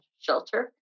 shelter